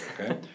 Okay